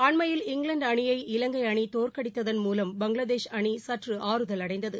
அண்மையில் இங்கிலாந்துஅணியை இலங்கைஅணிதோற்கடித்ததள் மூலம் பங்களாதேஷ் அணிசற்றுஆறுதல் அடைந்தது